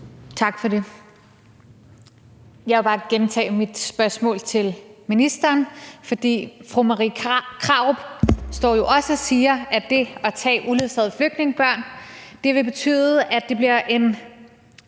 Tak for det. Jeg vil bare gentage mit spørgsmål til ministeren, for fru Marie Krarup står jo også og siger, at det at tage uledsagede flygtningebørn vil betyde, at det bliver en